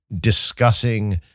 discussing